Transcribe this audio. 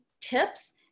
tips